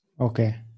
Okay